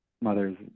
mothers